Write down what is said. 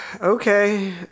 Okay